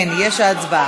כן, יש הצבעה.